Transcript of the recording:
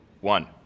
one